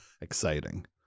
exciting